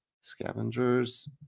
Scavenger's